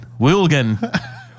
Wilgen